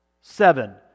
Seven